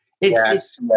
Yes